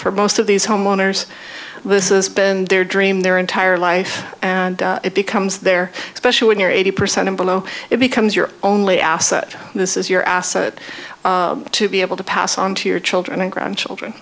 for most of these homeowners this is been their dream their entire life and it becomes their especially when you're eighty percent below it becomes your only asset this is your asset to be able to pass on to your children and grandchildren